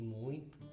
muito